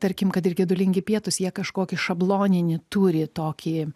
tarkim kad ir gedulingi pietūs jie kažkokį šabloninį turi tokį